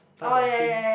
type of thing